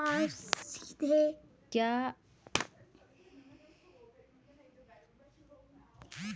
क्या आप सीधे मेरे खाते से ऋण की राशि ऑनलाइन काट सकते हैं?